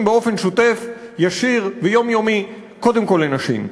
באופן שוטף ישיר ויומיומי קודם כול לנשים.